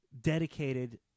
dedicated